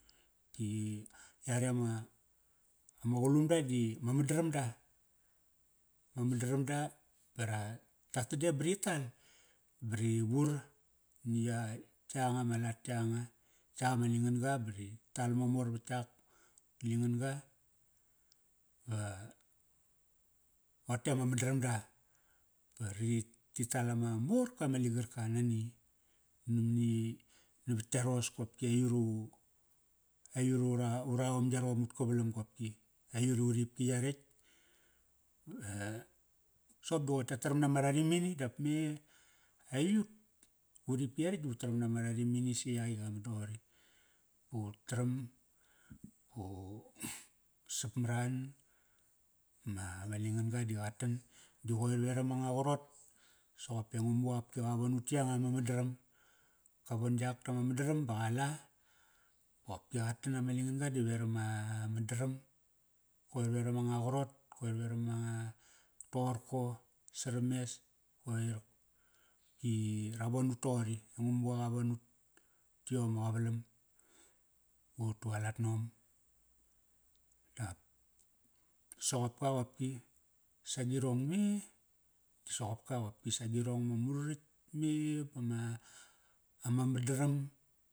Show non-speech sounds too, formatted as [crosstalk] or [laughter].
Di yare ama, ama qulum da di ma madaram da. Ma madaram da ba ra tatade ba ri tal ba rivur ni ya, yanga ma lat yanga. Yaak ama lingan ga ba ri tal mamor vat yak, liingan ga ba rote ama mandaram da. Ba rit, ti tal ama morka ma ligarka nani, namani, navat yaros kopki aiyut ut, aiyut ura ura om yarom ut kavalam qopki. Aiyut i uripki yaretk ve, soqop da qoir ta taram nama rarimini dap me siut uripki yaretk di ut taram nama rarimini si yak i qa man doqori. Ut taram, u [noise] sap maran ma, ma lingan ga di qa tan di qoir veram anga qarot, soqop e ngumuqa qopki qa von ut ti yanga ma mandaram. Ka von yak tama mandaram ba qa la. Ba qopki qa tan ama lingan ga di veram a mandaram. Koir veram anga qarot, koir veram anga toqorko. Saram mes, qoir ki ra von ut toqori. Ngumuqa qa von ut ti yom ama qavalam. Ba ut tualat nom. Dap soqop ka qopki sagirong me. Soqop ka qopki sagirong ma mu raritk me bama, ama madaram.